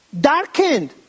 Darkened